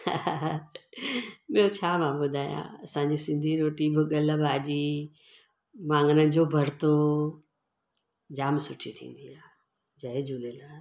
ॿियों छा मां ॿुधायां असांजी सिंधी रोटी भुगल भाॼी वांगण जो भरतो जाम सुठी थींदी आहे जय झूलेलाल